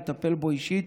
לטפל בו אישית.